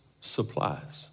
supplies